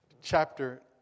chapter